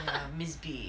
ya miss B